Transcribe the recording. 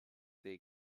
they